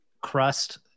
crust